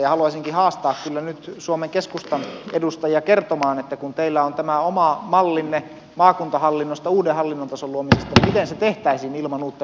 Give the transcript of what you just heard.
haluaisinkin haastaa kyllä nyt suomen keskustan edustajia kertomaan että kun teillä on tämä oma mallinne maakuntahallinnosta uuden hallinnontason luomisesta niin miten se tehtäisiin ilman uutta byrokratian lisäämistä